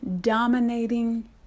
dominating